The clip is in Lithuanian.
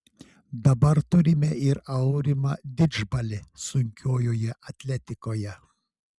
dabar turime ir aurimą didžbalį sunkiojoje atletikoje